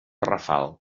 rafal